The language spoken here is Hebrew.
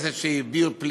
חבר הכנסת ג'בארין,